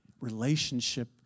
relationship